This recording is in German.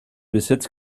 besitz